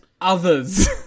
others